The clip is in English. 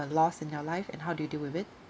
loss in your life and how do you deal with it